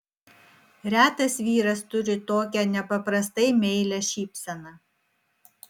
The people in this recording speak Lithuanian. retas vyras turi tokią nepaprastai meilią šypseną